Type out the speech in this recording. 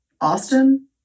Austin